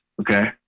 Okay